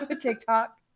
tiktok